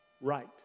right